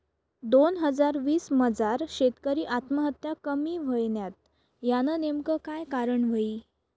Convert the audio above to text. दोन हजार वीस मजार शेतकरी आत्महत्या कमी व्हयन्यात, यानं नेमकं काय कारण व्हयी?